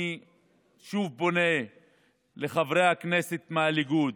אני שוב פונה לחברי הכנסת מהליכוד: